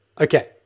Okay